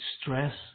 stress